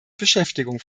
beschäftigung